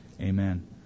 amen